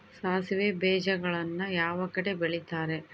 ಸಾಸಿವೆ ಬೇಜಗಳನ್ನ ಯಾವ ಕಡೆ ಬೆಳಿತಾರೆ?